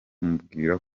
mubwira